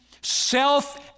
self